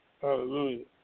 Hallelujah